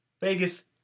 Vegas